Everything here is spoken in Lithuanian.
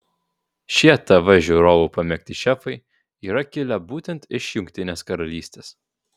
šie tv žiūrovų pamėgti šefai yra kilę būtent iš jungtinės karalystės